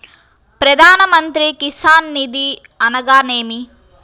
ప్రధాన మంత్రి కిసాన్ నిధి అనగా నేమి?